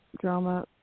drama